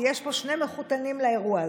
כי יש פה שני מחותנים לאירוע הזה.